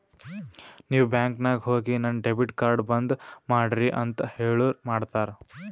ನೀವ್ ಬ್ಯಾಂಕ್ ನಾಗ್ ಹೋಗಿ ನನ್ ಡೆಬಿಟ್ ಕಾರ್ಡ್ ಬಂದ್ ಮಾಡ್ರಿ ಅಂತ್ ಹೇಳುರ್ ಮಾಡ್ತಾರ